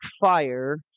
fire